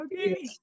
okay